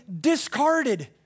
discarded